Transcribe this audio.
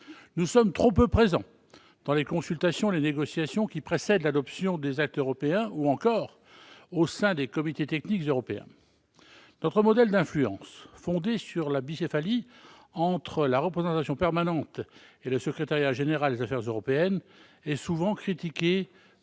Nous sommes trop peu présents dans les consultations et les négociations qui précèdent l'adoption des actes européens ou encore au sein des comités techniques européens. Notre modèle d'influence, fondé sur la bicéphalie entre la représentation permanente et le secrétariat général des affaires européennes, est souvent critiqué